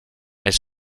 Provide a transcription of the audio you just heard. elle